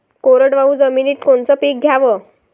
कोरडवाहू जमिनीत कोनचं पीक घ्याव?